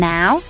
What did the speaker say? Now